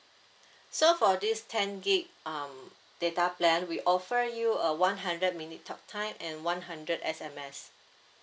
so for this ten gig um data plan we offer you uh one hundred minute talk time and one hundred S_M_S